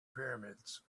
pyramids